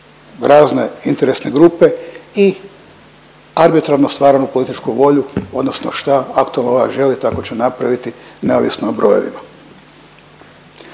razne interesne grupe i arbitrarno stvaranu političku volju odnosno šta aktualna vlast želi, tako će napraviti neovisno o brojevima.